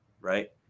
right